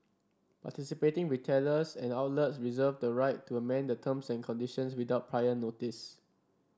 participating retailers and outlets reserve the right to amend the terms and conditions without prior notice